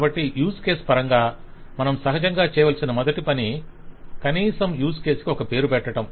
కాబట్టి use case పరంగా మనం సహజంగా చేయవలసిన మొదటి పని కనీసం యూస్ కేస్ కి ఒక పేరు పెట్టటం